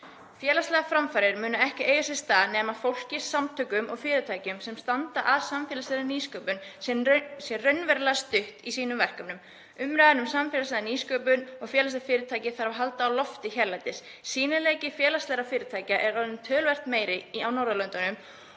Félagslegar framfarir munu ekki eiga sér stað nema fólk, samtök og fyrirtæki sem standa að samfélagslegri nýsköpun séu raunverulega studd í sínum verkefnum. Umræðu um samfélagslega nýsköpun og félagsleg fyrirtæki þarf að halda á lofti hérlendis. Sýnileiki félagslegra fyrirtækja er orðinn töluvert meiri á Norðurlöndunum